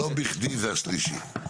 לא בכדי זה השלישי.